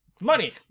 Money